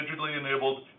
digitally-enabled